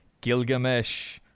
Gilgamesh